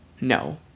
No